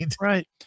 right